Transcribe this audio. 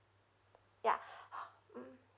ya